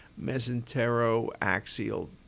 mesentero-axial